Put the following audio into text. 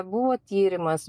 buvo tyrimas